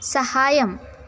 సహాయం